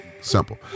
simple